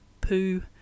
poo